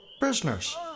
business